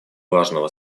важного